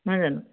নহয় জানো